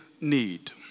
Need